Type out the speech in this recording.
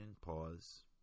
pause